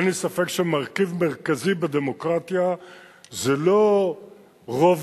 אין לי ספק שמרכיב מרכזי בדמוקרטיה זה לא רוב